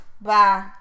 Bye